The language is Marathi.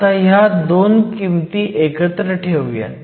आता ह्या दोन किमती एकत्र ठेऊयात